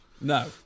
No